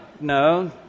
No